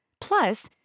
Plus